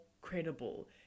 credible